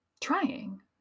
Trying